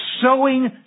sowing